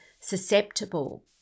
susceptible